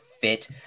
fit